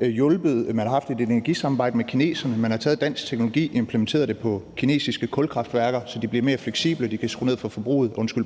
man har haft et energisamarbejde med kineserne. Man har taget dansk teknologi og implementeret det på kinesiske kulkraftværker, så de bliver mere fleksible og de kan skrue ned for